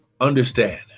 Understand